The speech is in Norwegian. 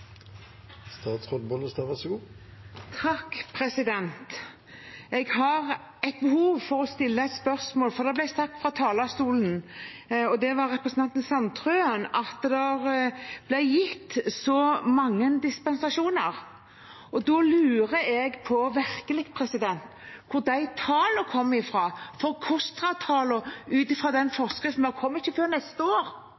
Jeg har et behov for å stille et spørsmål, for det ble sagt fra talerstolen, og det var av representanten Sandtrøen, at det ble gitt så mange dispensasjoner. Da lurer jeg virkelig på hvor de tallene kommer fra, for KOSTRA-tallene, ut fra den forskriften vi har, kommer ikke før neste år. Så jeg lurer på hva for